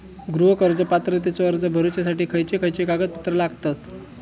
गृह कर्ज पात्रतेचो अर्ज भरुच्यासाठी खयचे खयचे कागदपत्र लागतत?